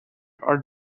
are